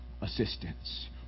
assistance